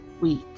week